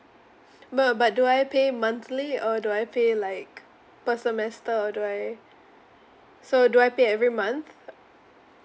but but do I pay monthly or do I pay like per semester or do I so do I pay every month uh